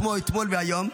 כמו אתמול והיום,